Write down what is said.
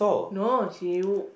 no she w~